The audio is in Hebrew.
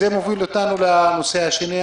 הנושא השני: